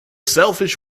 selfish